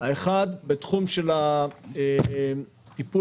- בתחום ההכשרות